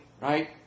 right